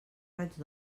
raig